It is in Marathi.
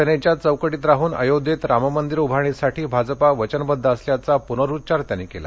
घटनेच्या चौकटीत राहन अयोध्येत राममंदिर उभारणीसाठी भाजपा वचनबद्ध असल्याचा पुनरुच्चार त्यांनी यावेळी केला